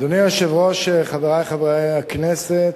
אדוני היושב-ראש, חברי חברי הכנסת,